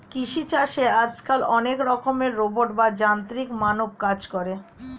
কৃষি চাষে আজকাল অনেক রকমের রোবট বা যান্ত্রিক মানব কাজ করে